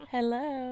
Hello